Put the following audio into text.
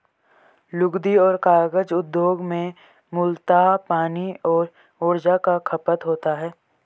लुगदी और कागज उद्योग में मूलतः पानी और ऊर्जा का खपत होता है